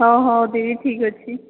ହଁ ହେଉ ଦିଦି ଠିକ୍ ଅଛି